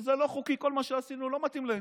שזה לא חוקי, כל מה שעשינו לא מתאים להם.